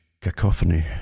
cacophony